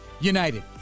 United